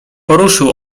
poruszył